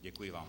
Děkuji vám.